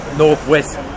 Northwest